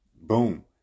boom